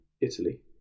Italy